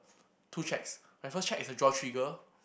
two checks my first check is a draw trigger